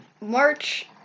March